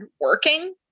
working